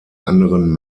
anderen